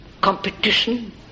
competition